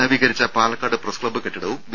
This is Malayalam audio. നവീകരിച്ച പാലക്കാട് പ്രസ് ക്ലബ്ബ് കെട്ടിടവും വി